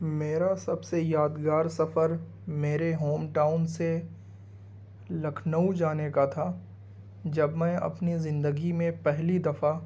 میرا سب سے یادگار سفر میرے ہوم ٹاؤن سے لكھنؤ جانے كا تھا جب میں اپنی زندگی میں پہلی دفعہ